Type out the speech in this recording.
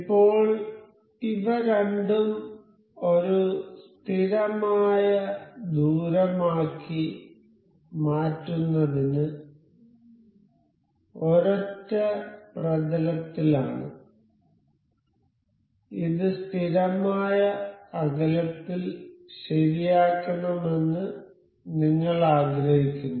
ഇപ്പോൾ ഇവ രണ്ടും ഒരു സ്ഥിരമായ ദൂരമാക്കി മാറ്റുന്നതിന് ഒരൊറ്റ പ്രതലത്തിലാണ് ഇത് സ്ഥിരമായ അകലത്തിൽ ശരിയാക്കണമെന്ന് നിങ്ങൾ ആഗ്രഹിക്കുന്നു